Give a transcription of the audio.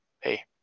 hey